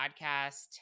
podcast